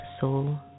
soul